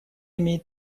имеет